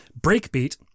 breakbeat